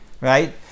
Right